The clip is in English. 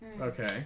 Okay